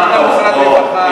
היא גם משרד רווחה,